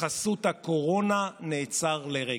חבורה של מנותקים.